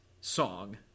song